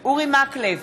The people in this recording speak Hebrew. אורי מקלב,